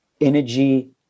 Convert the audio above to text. energy